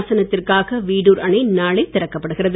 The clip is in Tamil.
பாசனத்திற்காக வீடுர் அணை நாளை திறக்கப்படுகிறது